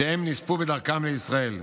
שנספו בדרכם לישראל.